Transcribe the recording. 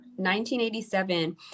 1987